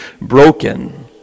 broken